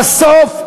בסוף,